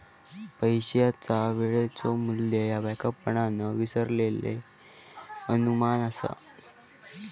पैशाचा वेळेचो मू्ल्य ह्या व्यापकपणान स्वीकारलेलो अनुमान असा